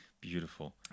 Beautiful